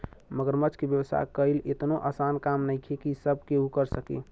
मगरमच्छ के व्यवसाय कईल एतनो आसान काम नइखे की सब केहू कर सके